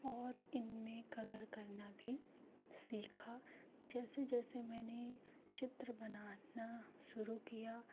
और इनमें कलर करना भी सीखा जैसे जैसे मैंने चित्र बनाना शुरू किया